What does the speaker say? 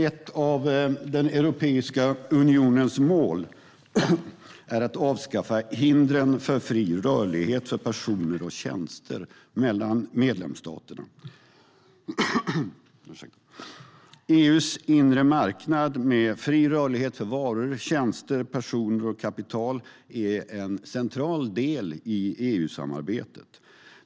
Ett av Europeiska unionens mål är att avskaffa hindren för fri rörlighet för personer och tjänster mellan medlemsstaterna. EU:s inre marknad med fri rörlighet för varor, tjänster, personer och kapital är en central del i EU-samarbetet.